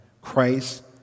Christ